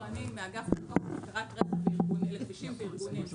לא, אני מאגף פיקוח ובקרת רכב לכבישים וארגונים.